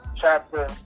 Chapter